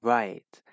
right